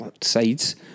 sides